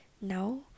now